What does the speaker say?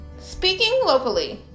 speakinglocally